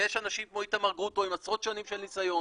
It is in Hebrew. ויש אנשים כמו איתמר גרוטו עם עשרות שנים של ניסיון,